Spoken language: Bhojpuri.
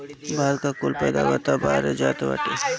भारत का कुल पैदावार तअ बहरे जात बाटे